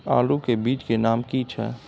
आलू के बीज के नाम की छै?